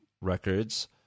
Records